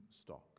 stock